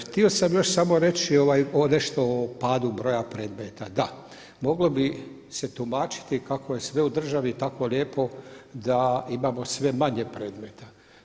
Htio sam još samo reći o nešto o padu broja predmeta, da, moglo bi se tumačiti kako je sve u državi tako lijepo da imamo sve manje predmeta.